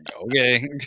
okay